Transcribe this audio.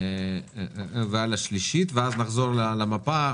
ולשלישית, ואז נחזור למפה.